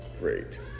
Great